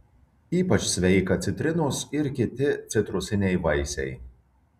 ypač sveika citrinos ir kiti citrusiniai vaisiai